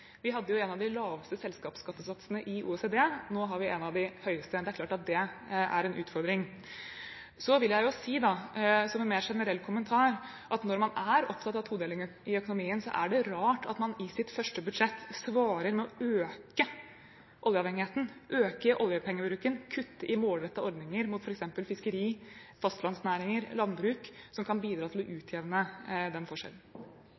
Vi hadde en av de laveste selskapsskattesatsene i OECD, nå har vi en av de høyeste. Det er klart at det er en utfordring. Så vil jeg si, som en mer generell kommentar, at når man er opptatt av todeling i økonomien, er det rart at man i sitt første budsjett svarer med å øke oljeavhengigheten, øke oljepengebruken, kutte i målrettede ordninger mot f.eks. fiskeri, fastlandsnæringer og landbruk, som kan bidra til å utjevne den forskjellen.